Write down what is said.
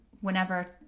whenever